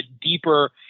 deeper